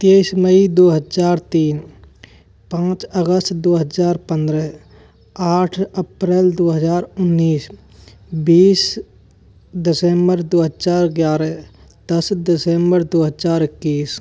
तेइस मई दो हज़ार तीन पाँच अगस्त दो हज़ार पंद्रह आठ अप्रैल दो हज़ार उन्नीस बीस दिसम्बर दो हजार ग्यारह दस दिसम्बर दो हज़ार इक्कीस